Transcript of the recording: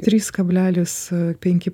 trys kablelis penki